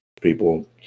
people